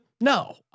No